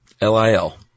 L-I-L